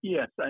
Yes